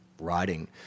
writing